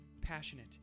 passionate